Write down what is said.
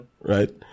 Right